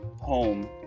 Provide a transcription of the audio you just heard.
home